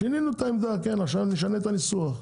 כן, שינינו את העמדה ועכשיו נשנה את הניסוח.